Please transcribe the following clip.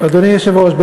אדוני היושב-ראש,